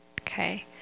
Okay